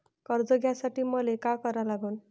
कर्ज घ्यासाठी मले का करा लागन?